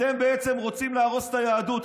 אתם, בעצם, רוצים להרוס את היהדות.